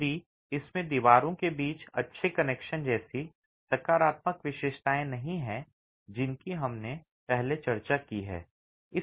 यदि इसमें दीवारों के बीच अच्छे कनेक्शन जैसी सकारात्मक विशेषताएं नहीं हैं जिनकी हमने पहले चर्चा की है